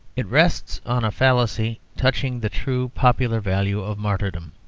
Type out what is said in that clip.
it rests on a fallacy touching the true popular value of martyrdom.